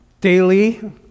daily